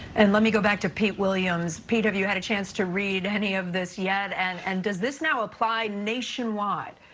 and let me go back to pete williams. pete, have you had a chance to read any of this yet? and and does this now apply nationwide?